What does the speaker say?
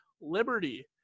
Liberty